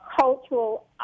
cultural